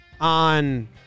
on